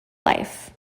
life